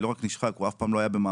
לא רק נשחק אלא אף פעם הוא לא היה במעמד